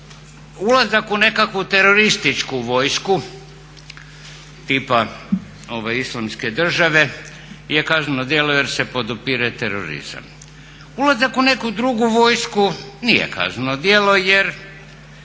Ulazak u nekakvu terorističku vojsku tipa ove islamske države je kazneno djelo jer se podupire terorizam. Ulazak u neku drugu vojsku nije kazneno djelo jer